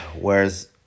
Whereas